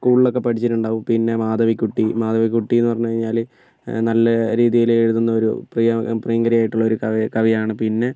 സ്കൂളിൽ ഒക്കെ പഠിച്ചിട്ടുണ്ടാകും പിന്നെ മാധവികുട്ടി മാധവികുട്ടി എന്ന് പറഞ്ഞു കഴിഞ്ഞാല് നല്ല രീതിയിൽ എഴുതുന്നൊരു പ്രിയ പ്രിയങ്കരിയായിട്ടുള്ള ഒരു കവി കവിയാണ് പിന്നെ